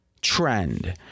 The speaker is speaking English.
Trend